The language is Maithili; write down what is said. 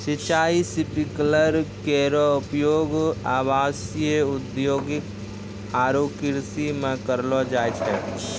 सिंचाई स्प्रिंकलर केरो उपयोग आवासीय, औद्योगिक आरु कृषि म करलो जाय छै